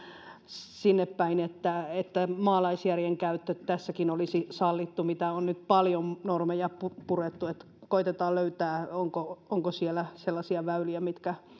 sinnepäin että että maalaisjärjen käyttö tässäkin olisi sallittu kun on nyt paljon normeja purettu niin että koetetaan löytää onko siellä sellaisia väyliä mitkä